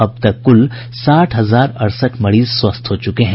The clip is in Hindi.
अब तक कुल साठ हजार अड़सठ मरीज स्वस्थ हो चुके हैं